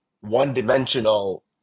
one-dimensional